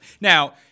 Now-